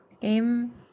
Game